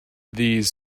these